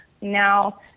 Now